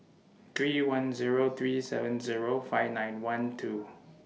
three one Zero three seven Zero five nine one two